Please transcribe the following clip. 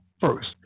first